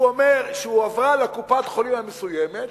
שהועברה לקופת-חולים מסוימת,